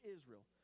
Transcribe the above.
Israel